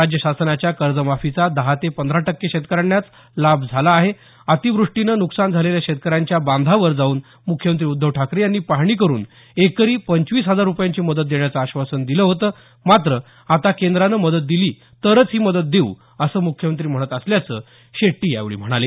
राज्य शासनाच्या कर्जमाफीचा दहा ते पंधरा टक्के शेतकऱ्यांनाच लाभ झाला आहे अतिवृष्टीमुळे नुकसान झालेल्या शेतकऱ्यांच्या बांधावर जाऊन मुख्यमंत्री उद्धव ठाकरे यांनी पाहणी करून एकरी पंचवीस हजार रूपयांची मदत देण्याचं आश्वासन दिलं होतं मात्र आता केंद्रानं मदत दिली तरच ही मदत देऊ असं मुख्यमंत्री म्हणत असल्याचं शेट्टी म्हणाले